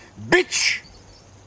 bitch